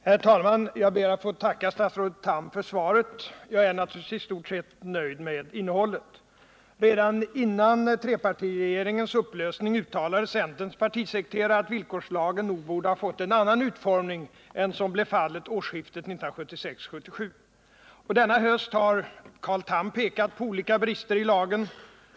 Herr talman! Jag ber att få tacka statsrådet Tham för svaret. Jag är naturligtvis i stort sett nöjd med innehållet. Redan före trepartiregeringens upplösning uttalade centerns partisekreterare att villkorslagen nog borde ha fått en annan utformning än vad som blev fallet årsskiftet 1976-1977. Denna höst har Carl Tham pekat på olika brister i lagen.